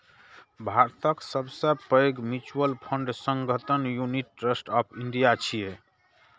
भारतक सबसं पैघ म्यूचुअल फंड संगठन यूनिट ट्रस्ट ऑफ इंडिया छियै